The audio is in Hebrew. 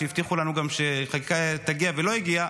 כשהבטיחו לנו גם שחקיקה תגיע והיא לא הגיעה,